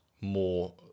more